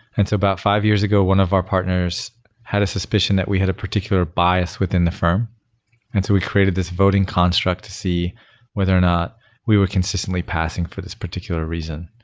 and so about five years ago, one of our partners had a suspicion that we had a particular bias within the firm and so we created this voting construct to see whether or not we were consistently passing for this particular reason.